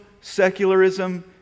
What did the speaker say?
secularism